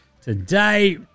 today